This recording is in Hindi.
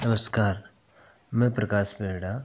नमस्कार मैं प्रकाश वेड़ा